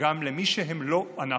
גם למי שהם לא אנחנו.